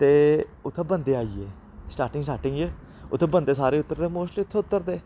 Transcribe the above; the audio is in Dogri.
ते उत्थै बंदे आई गे स्टार्टिंग स्टार्टिंग उत्थै बंदे सारे उतरदे मोस्टली उत्थै उतरदे